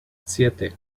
siete